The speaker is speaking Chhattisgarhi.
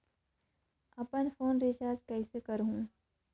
अपन फोन रिचार्ज कइसे करहु?